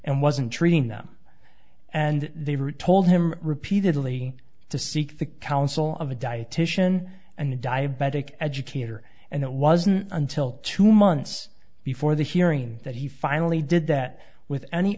and wasn't treating them and they've told him repeatedly to seek the counsel of a dietician and a diabetic educator and it wasn't until two months before the hearing that he finally did that with any